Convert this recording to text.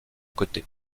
côté